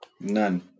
None